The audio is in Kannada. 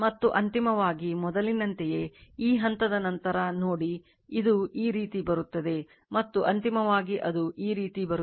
ಮತ್ತು ಅಂತಿಮವಾಗಿ ಮೊದಲಿನಂತೆಯೇ ಈ ಹಂತದ ನಂತರ ನೋಡಿ ಇದು ಈ ರೀತಿ ಬರುತ್ತದೆ ಮತ್ತು ಅಂತಿಮವಾಗಿ ಅದು ಈ ರೀತಿ ಬರುತ್ತದೆ